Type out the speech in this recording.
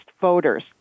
voters